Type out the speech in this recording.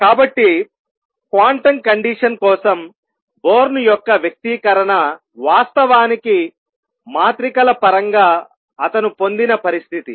కాబట్టి quantum condition కోసం Born యొక్క వ్యక్తీకరణ వాస్తవానికి మాత్రికల పరంగా అతను పొందిన పరిస్థితి